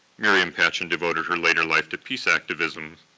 miriam patchen devoted her later life to peace activism,